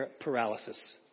paralysis